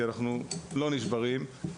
כי אנחנו לא נשברים.